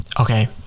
okay